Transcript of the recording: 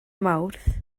mawrth